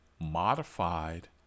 modified